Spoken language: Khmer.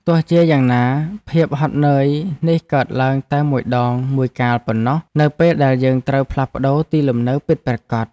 ទោះជាយ៉ាងណាភាពហត់នឿយនេះកើតឡើងតែមួយដងមួយកាលប៉ុណ្ណោះនៅពេលដែលយើងត្រូវផ្លាស់ប្ដូរទីលំនៅពិតប្រាកដ។